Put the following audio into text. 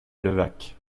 levaque